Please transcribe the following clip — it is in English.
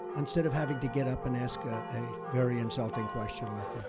instead of having to get up and ask ah a very insulting question like that.